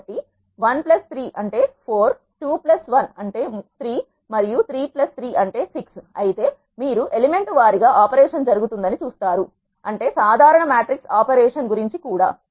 కాబట్టి 1 3 అంటే 4 2 1 అంటే 3 మరియు 3 3 అంటే 6 అయితే మీరు ఎలిమెంట్ వారిగా ఆపరేషన్ జరుగుతుందని చూస్తారు అంటే సాధారణ మ్యాట్రిక్స్ ఆపరేషన్ గురించి కూడా